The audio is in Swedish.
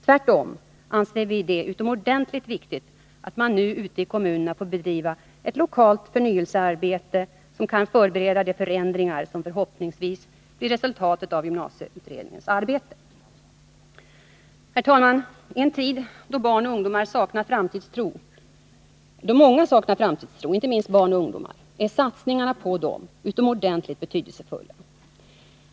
Tvärtom anser vi det utomordentligt viktigt att man nu ute i kommunerna får bedriva ett lokalt förnyelsearbete, som kan förbereda de förändringar som förhoppningsvis blir resultatet av gymnasieutredningens arbete. Herr talman! I en tid då många saknar framtidstro, inte minst barn och ungdomar, är satsningar på dem utomordentligt betydelsefulla.